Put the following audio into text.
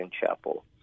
Chapel